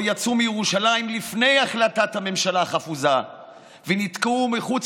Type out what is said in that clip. מירושלים לפני החלטת הממשלה החפוזה ונתקעו מחוץ